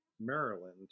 Maryland